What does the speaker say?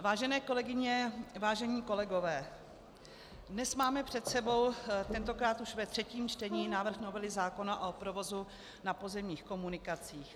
Vážené kolegyně, vážení kolegové, dnes máme před sebou tentokrát už ve třetím čtení návrh novely zákona o provozu na pozemních komunikacích.